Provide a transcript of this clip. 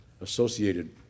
associated